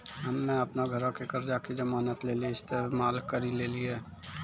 हम्मे अपनो घरो के कर्जा के जमानत लेली इस्तेमाल करि लेलियै